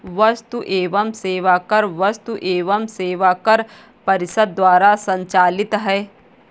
वस्तु एवं सेवा कर वस्तु एवं सेवा कर परिषद द्वारा संचालित है